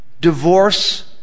divorce